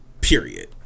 period